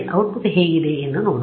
output ಹೇಗಿದೆ ಎಂದು ನೋಡೋಣ